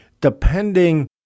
depending